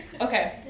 okay